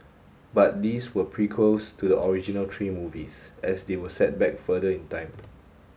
but these were prequels to the original three movies as they were set back further in time